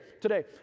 today